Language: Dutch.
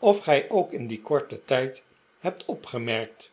of gij ook in dien korten tijd hebt opgemerkl